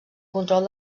control